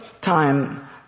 time